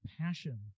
passion